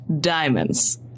diamonds